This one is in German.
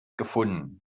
gefunden